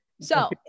So-